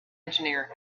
engineer